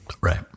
Right